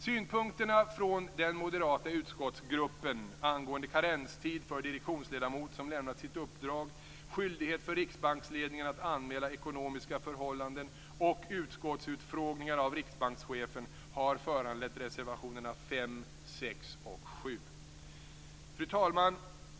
Synpunkterna från den moderata utskottsgruppen angående karenstid för direktionsledamot som lämnat sitt uppdrag, skyldighet för riksbanksledningen att anmäla ekonomiska förhållanden och utskottsutfrågningar av riksbankschefen har föranlett reservationerna 5, 6, och 7. Fru talman!